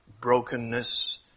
brokenness